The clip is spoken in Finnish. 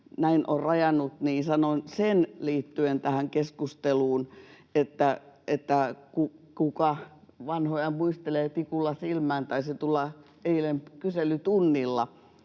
näin rajannut — sanon sen liittyen tähän keskusteluun, että vaikka ”kuka vanhoja muistelee, tikulla silmään” taisi tulla eilen kyselytunnilla,